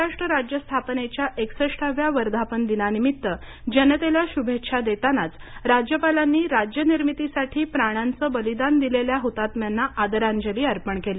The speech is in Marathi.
महाराष्ट्र राज्य स्थापनेच्या एकसष्टाव्या वर्धापन दिनानिमित्त जनतेला शुभेच्छा देतानाच राज्यपालांनी राज्य निर्मितीसाठी प्राणांचे बलिदान दिलेल्या हुतात्म्यांना आदरांजली अर्पण केली